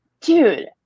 dude